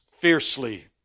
fiercely